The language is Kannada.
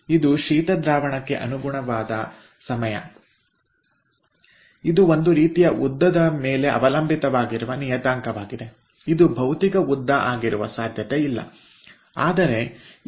ಇದು ಶೀತ ದ್ರಾವಣಕ್ಕೆ ಅನುಗುಣವಾದ ಸಮಯ ಇದು ಒಂದು ರೀತಿಯ ಉದ್ದದ ಮೇಲೆ ಅವಲಂಬಿತವಾಗಿರುವ ನಿಯತಾಂಕವಾಗಿದೆ ಇದು ಭೌತಿಕ ಉದ್ದ ಆಗಿರುವ ಸಾಧ್ಯತೆ ಇಲ್ಲ ಆದರೆ ಇದು